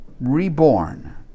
reborn